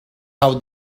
how